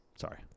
Sorry